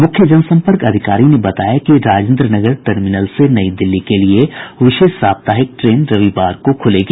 मूख्य जन सम्पर्क अधिकारी ने बताया कि राजेन्द्र नगर टर्मिनल से नई दिल्ली के लिए विशेष सप्ताहिक ट्रेन रविवार को खुलेगी